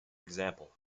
example